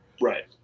Right